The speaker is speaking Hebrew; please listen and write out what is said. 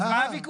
אז מה הוויכוח?